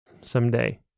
someday